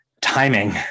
timing